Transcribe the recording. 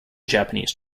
japanese